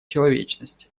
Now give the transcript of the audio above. человечности